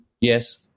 Yes